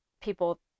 People